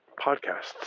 podcasts